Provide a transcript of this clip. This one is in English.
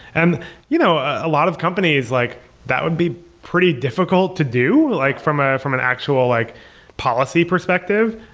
and you know a lot of companies, like that would be pretty difficult to do like from ah from an actual like policy perspective.